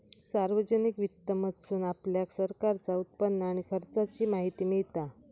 सार्वजनिक वित्त मधसून आपल्याक सरकारचा उत्पन्न आणि खर्चाची माहिती मिळता